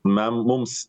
na mums